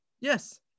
Yes